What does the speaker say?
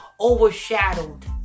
overshadowed